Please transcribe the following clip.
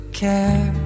care